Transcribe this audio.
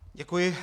Děkuji.